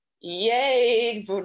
yay